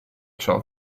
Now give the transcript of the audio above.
ciò